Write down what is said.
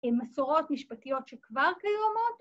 ‫עם מסורות משפטיות שכבר קיומות,